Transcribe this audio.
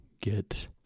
get